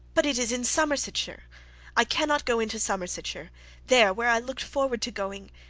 but it is in somersetshire i cannot go into somersetshire there, where i looked forward to going.